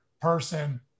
person